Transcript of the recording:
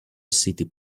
city